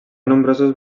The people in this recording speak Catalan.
nombrosos